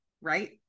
right